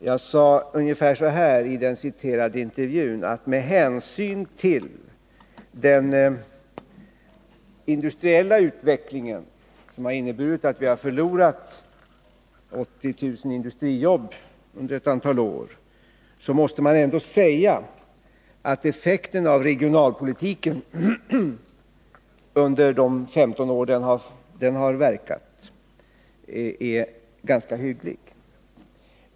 Jag sade ungefär så här i den citerade intervjun: Med hänsyn till den industriella utvecklingen, som har inneburit att vi har förlorat 80 000 industrijobb under ett antal år, måste man ändå säga att effekten av regionalpolitiken under de 15 år den har verkat är ganska hygglig.